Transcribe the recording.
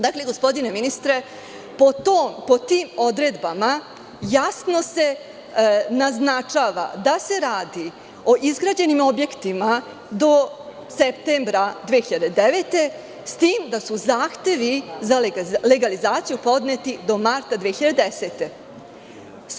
Dakle, gospodine ministre, po tim odredbama jasno se naznačava da se radi o izgrađenim objektima do septembra 2009. godine, s tim da su zahtevi za legalizaciju podneti do marta 2010. godine.